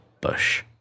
Bush